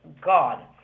God